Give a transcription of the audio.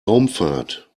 raumfahrt